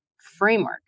framework